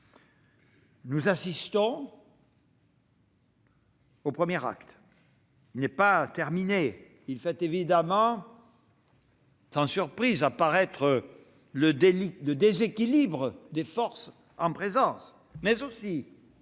Nous assistons au premier acte. Il n'est pas terminé et, sans surprise, il fait apparaître le déséquilibre des forces en présence, mais aussi